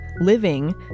living